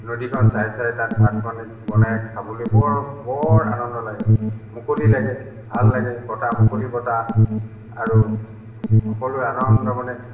নদীখন চাই চাই তাত ভাত পানী বনাই খাবলৈ বৰ বৰ আনন্দ লাগে মুকলি লাগে ভাল লাগে বতাহ মুকলি বতাহ আৰু সকলোৱে আনন্দমনে